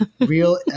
real